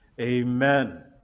amen